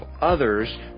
others